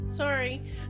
Sorry